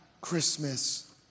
Christmas